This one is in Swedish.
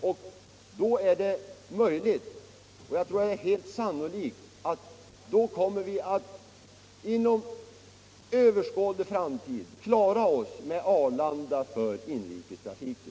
På så sätt kan det bli möjligt — och jag tror att det är helt sannolikt — att vi inom en överskådlig framtid kan klara oss med Arlanda för inrikestrafiken.